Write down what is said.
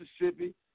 Mississippi